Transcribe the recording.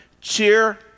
cheer